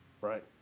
Right